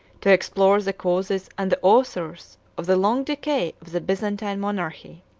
to explore the causes and the authors of the long decay of the byzantine monarchy.